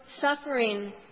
suffering